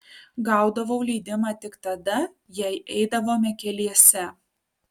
gaudavau leidimą tik tada jei eidavome keliese